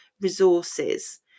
resources